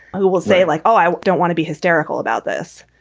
who will say like i don't want to be hysterical about this,